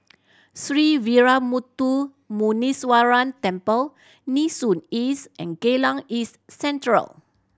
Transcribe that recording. Sree Veeramuthu Muneeswaran Temple Nee Soon East and Geylang East Central